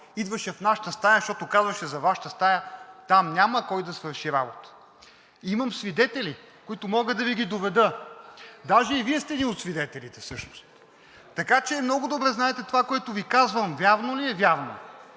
идваше в нашата стая, защото казваше за Вашата стая: там няма кой да свърши работа. Имам свидетели, които мога да Ви доведа. Даже и Вие сте един от свидетелите всъщност, така че много добре знаете това, което Ви казвам, вярно ли е. Вярно